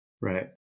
Right